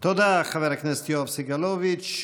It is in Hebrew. תודה, חבר הכנסת יואב סגלוביץ'.